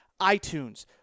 iTunes